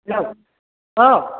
हेल' औ